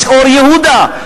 אור-יהודה.